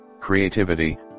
creativity